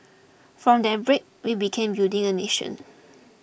from that break we began building a nation